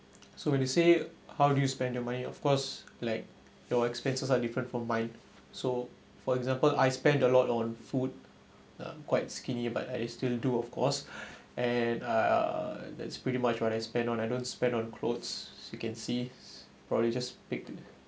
so when you say how do you spend your money of course like your expenses are different from mine so for example I spend a lot on food uh quite skinny but I still do of course and uh that's pretty much what I spend on I don't spend on clothes you can see probably just pick